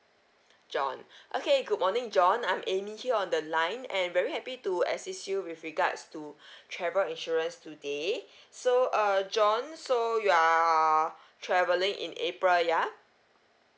john okay good morning john I'm amy here on the line and very happy to assist you with regards to travel insurance today so err john so you are travelling in april ya